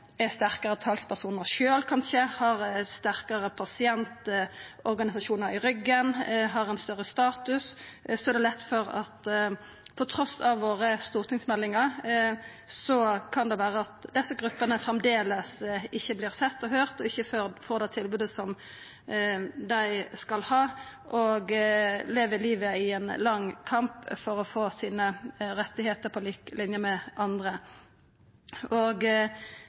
status. Trass i stortingsmeldingar kan det vera at desse gruppene framleis ikkje vert sett og høyrde og ikkje får det tilbodet dei skal ha, og lever livet i ein lang kamp for å få rettane sine på lik linje med andre. Når det gjeld prioriteringsmeldinga, er det sagt at vi aksepterer høgare ressursbruk, og